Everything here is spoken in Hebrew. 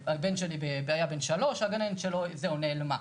הבן שלי אז היה בן שלוש, הגננת שלו זהו, נעלמה.